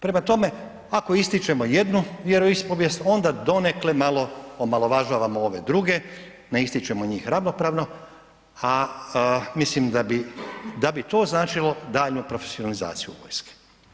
Prema tome, ako ističemo jednu vjeroispovijest onda donekle malo omalovažavamo ove druge, ne ističemo njih ravnopravno, a mislim da bi to značilo daljnju profesionalizaciju vojske.